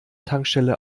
tankstelle